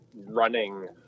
running